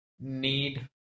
need